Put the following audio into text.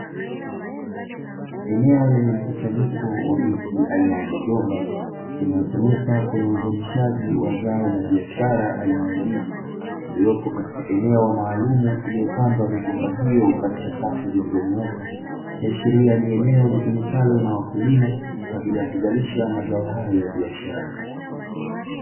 Eneo lenye mkusanyiko wa miti aina ya migomba inayotumika kwenye uzalishaji wa zao la biashara aina nya ndizi iliyopo katika eneo maalumu, iliyopandwa migomba hiyo katika safu zilizonyooka ikiashiria ni eneo litumikalo na wakulima kwaajili ya kuzalisha mazao hayo ya biashara.